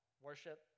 worship